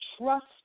Trust